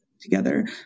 together